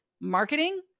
marketing